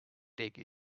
take